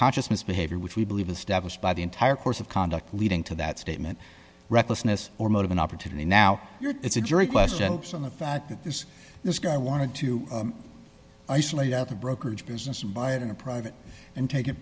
consciousness behavior which we believe established by the entire course of conduct leading to that statement recklessness or motive an opportunity now you know it's a jury question on the fact that this this guy wanted to isolate out the brokerage business and buy it in a private and take it